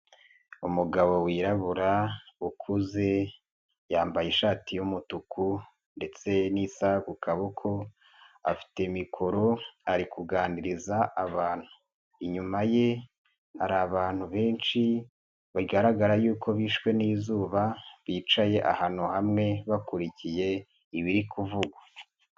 Umugabo wirabura ukuze yambaye ishati y'umutuku ndetse n'isaha ku kaboko afite mikoro ari kuganiriza abantu, inyuma ye hari abantu benshi bagaragara y'uko bishwe n'izuba, bicaye ahantu hamwe bakurikiye ibiri kuvugwa.